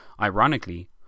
Ironically